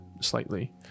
slightly